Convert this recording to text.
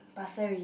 Pasir-Ris